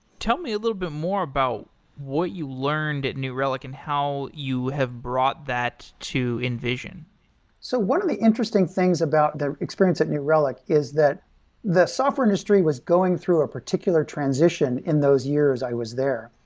tell me a little bit more about what you learned at new relic and how you have brought that to invision so one of the interesting things about the experience at new relic is that the software industry was going through a particular transition in those years i was there,